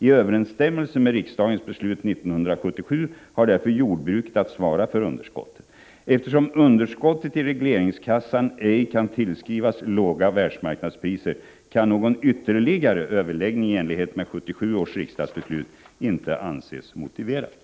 I överensstämmelse med riksdagens beslut 1977 har därför jordbruket att svara för underskottet. Eftersom ”underskottet i regleringskassan ej kan tillskrivas låga världsmarknadspriser” kan någon ytterligare överläggning i enlighet med 1977 års riksdagsbeslut inte anses motiverad.